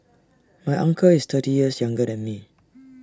my uncle is thirty years younger than me